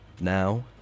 Now